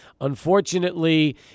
Unfortunately